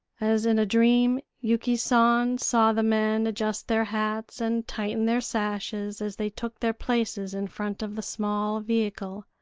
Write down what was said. as in a dream, yuki san saw the men adjust their hats and tighten their sashes as they took their places in front of the small vehicle.